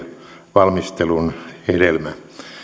valmistelun hedelmä